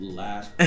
last